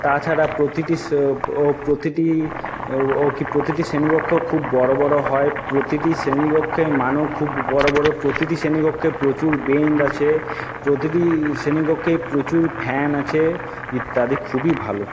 তাছাড়া প্রতিটি প্রতিটি প্রতিটি শ্রেণীকক্ষ খুব বড়ো বড়ো হয় প্রতিটি শ্রেণীকক্ষের মানও খুব বড়ো বড়ো প্রতিটি শ্রেণীকক্ষে প্রচুর বেঞ্চ আছে প্রতিটি শ্রেণীকক্ষেই প্রচুর ফ্যান আছে ইত্যাদি খুবই ভালো